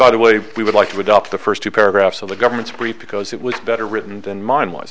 by the way we would like to adopt the first two paragraphs of the government's brief because it was better written than mine was